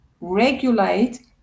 regulate